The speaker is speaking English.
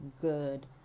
good